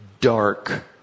dark